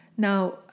Now